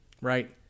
Right